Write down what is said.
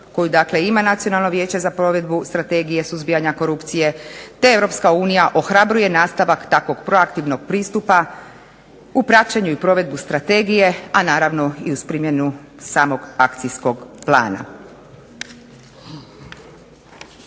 dakle ima Nacionalno vijeće za provedbu strategije suzbijanja korupcije te Europska unija ohrabruje nastavak takvog proaktivnog pristupa u praćenju i provedbi strategije, a naravno i uz primjenu samog akcijskog plana.